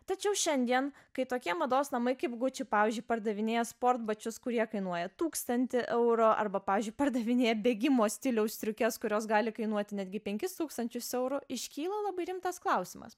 tačiau šiandien kai tokie mados namai kaip guči pavyzdžiui pardavinėja sportbačius kurie kainuoja tūkstantį eurų arba pavyzdžiui pardavinėja bėgimo stiliaus striukes kurios gali kainuoti netgi penkis tūkstančius eurų iškyla labai rimtas klausimas